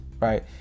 right